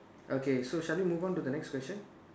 okay so shall we move on to the next question